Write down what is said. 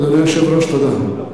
אדוני היושב-ראש, תודה.